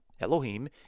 Elohim